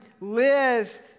Liz